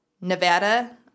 Nevada